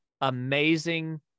amazing